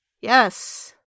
Yes